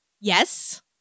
Yes